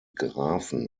graphen